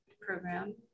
program